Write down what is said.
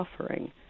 suffering